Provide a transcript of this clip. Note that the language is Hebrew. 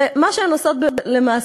ומה שהן עושות למעשה,